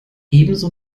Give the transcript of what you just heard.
ebenso